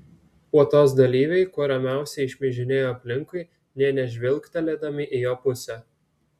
puotos dalyviai kuo ramiausiai šmižinėjo aplinkui nė nežvilgtelėdami į jo pusę